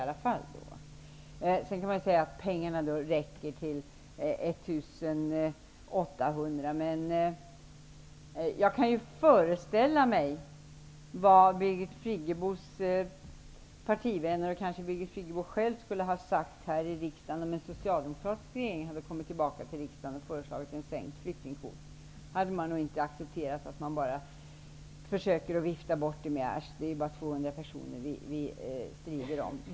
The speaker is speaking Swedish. Man kan visserligen säga att pengarna räcker till 1 800 personer, men jag kan föreställa mig vad Birgit Friggebos partivänner och Birgit Friggebo själv skulle ha sagt här i riksdagen, om en socialdemokratisk regering hade kommit till riksdagen och föreslagit en sänkning av flyktingkvoten. Man hade nog inte accepterat ett försök att vifta bort detta med att det bara är 200 personer som vi strider om.